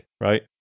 right